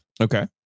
Okay